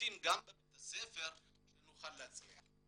משמעותיים גם בבית הספר, שנוכל להצליח.